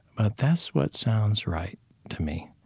but that's what sounds right to me.